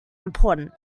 important